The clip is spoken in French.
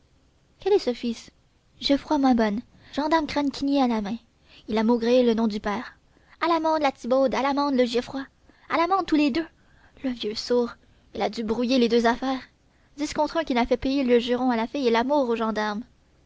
quel est ce fils gieffroy mabonne gendarme cranequinier à main il a maugréé le nom du père à l'amende la thibaude à l'amende le gieffroy à l'amende tous les deux le vieux sourd il a dû brouiller les deux affaires dix contre un qu'il fait payer le juron à la fille et l'amour au gendarme